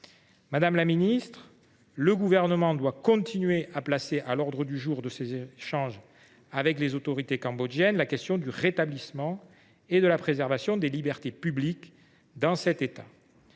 Madame la secrétaire d’État, le Gouvernement doit continuer d’inscrire à l’ordre du jour de ses échanges avec les autorités cambodgiennes la question du rétablissement et de la préservation des libertés publiques. La France doit